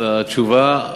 על התשובה,